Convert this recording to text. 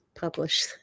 publish